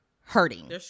hurting